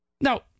Now